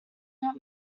not